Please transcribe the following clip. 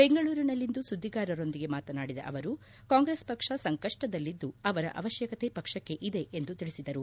ಬೆಂಗಳೂರಿನಲ್ಲಿಂದು ಸುದ್ದಿಗಾರರೊಂದಿಗೆ ಮಾತನಾಡಿದ ಅವರು ಕಾಂಗ್ರೆಸ್ ಪಕ್ಷ ಸಂಕಪ್ಪದಲ್ಲಿದ್ದು ಅವರ ಅವತ್ಶಕತೆ ಪಕ್ಷಕ್ಕೆ ಇದೆ ಎಂದು ತಿಳಿಸಿದರು